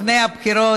לפני הבחירות,